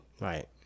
Right